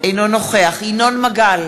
אינו נוכח ינון מגל,